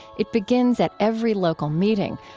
it begins at every local meeting,